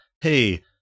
hey